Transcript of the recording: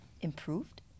improved